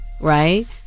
right